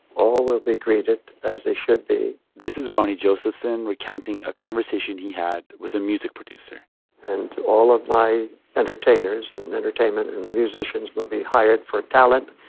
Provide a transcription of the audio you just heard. all will be greeted as they should be this is barney josephson recounting a conversation he had with a music producer and all of my entertainers and entertainment and musicians will be hired for talent,